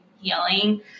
healing